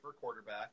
quarterback